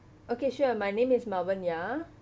okay sure my name is malvania